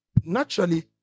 Naturally